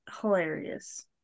hilarious